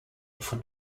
often